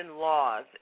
laws